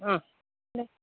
ആ